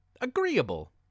agreeable